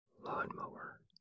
lawnmower